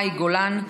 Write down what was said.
מאי גולן,